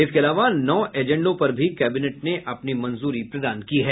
इसके अलावा नौ एजेंडों पर भी कैबिनेट ने अपनी मंजूरी प्रदान की है